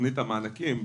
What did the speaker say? שתכנית המענקים,